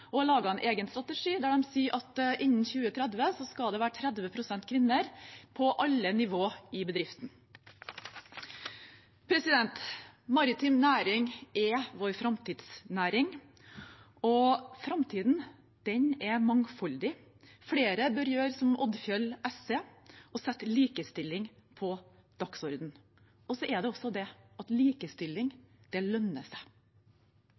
og har laget en egen strategi, der de sier at innen 2030 skal det være 30 pst. kvinner på alle nivå i bedriften. Maritim næring er vår framtidsnæring, og framtiden er mangfoldig. Flere bør gjøre som Odfjell SE og sette likestilling på dagsordenen. Og så er det også slik at likestilling lønner seg.